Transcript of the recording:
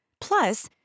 Plus